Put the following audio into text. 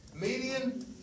Median